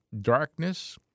darkness